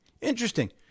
Interesting